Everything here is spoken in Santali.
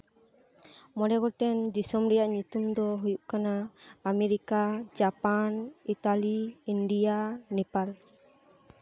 ᱢᱚᱬᱮ ᱜᱚᱴᱟᱝ ᱫᱤᱥᱚᱢ ᱨᱮᱭᱟᱜ ᱧᱩᱛᱩᱢ ᱫᱚ ᱦᱩᱭᱩᱜ ᱠᱟᱱᱟ America Japan Italy India Nepal